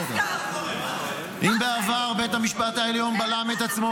אני משחרר את הזמן.